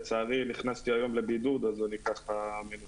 לצערי, נכנסתי היום לבידוד אז אני מנוטרל.